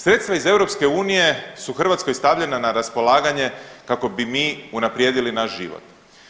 Sredstva iz EU su Hrvatskoj stavljena na raspolaganje kako bi mi unaprijedili naš život.